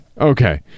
Okay